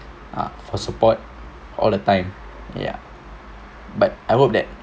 ah for support all the time ya but I hope that